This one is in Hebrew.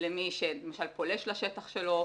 למי שפולש לשטח שלו.